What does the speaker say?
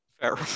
Fair